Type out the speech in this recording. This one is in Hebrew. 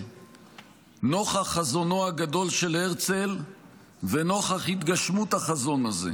נוכח חזונו הגדול של הרצל ונוכח התגשמות החזון הזה,